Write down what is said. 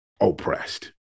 oppressed